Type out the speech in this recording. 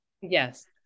yes